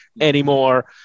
anymore